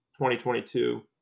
2022